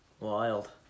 Wild